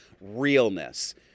realness